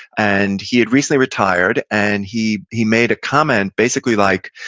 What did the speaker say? and he had recently retired and he he made a comment basically like,